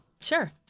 sure